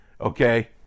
Okay